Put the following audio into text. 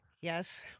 Yes